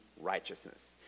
righteousness